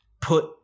put